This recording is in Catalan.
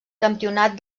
campionat